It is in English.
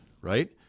right